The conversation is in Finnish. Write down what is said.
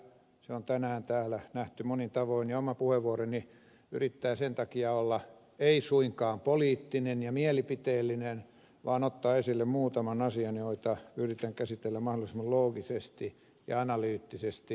se on tänään täällä nähty monin tavoin ja oma puheenvuoroni yrittää sen takia ei suinkaan olla poliittinen ja mielipiteellinen vaan ottaa esille muutaman asian joita yritän käsitellä mahdollisimman loogisesti ja analyyttisesti